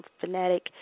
fanatic